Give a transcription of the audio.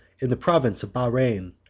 in the province of bahrein,